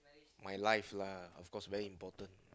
my life lah of course very important